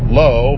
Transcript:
low